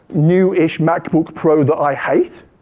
newish macbook pro that i hate,